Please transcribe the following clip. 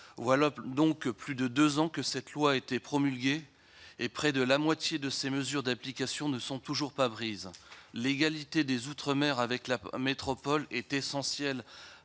Wallops donc plus de 2 ans que cette loi était promulguée et près de la moitié de ces mesures d'application ne sont toujours pas prises, l'égalité des Outre-mer, avec la peur en métropole est essentiel